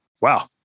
wow